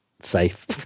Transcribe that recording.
safe